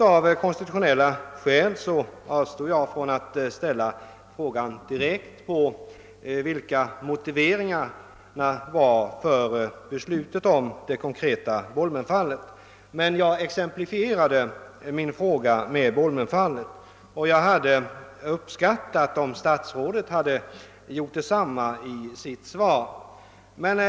Av konstitutionella skäl avstod jag från att direkt fråga vilka motiveringarna var för beslutet i det konkreta Bolmenfallet, men jag exemplifierade min fråga med detta och hade uppskattat om statsrådet hade berört det i sitt svar.